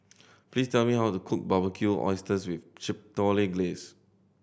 please tell me how to cook Barbecued Oysters with Chipotle Glaze